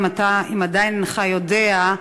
אם עדיין אינך יודע,